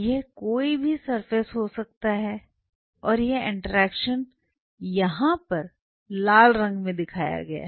यह कोई भी सरफेस हो सकता है और यह इंटरैक्शन यहाँ लाल रंग में दिखाई गई है